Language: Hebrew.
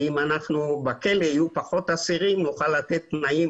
ואם בכלא יהיו פחות אסירים נוכל לתת תנאים